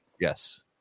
yes